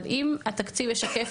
אבל אם התקציב ישקף,